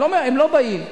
הם לא באים.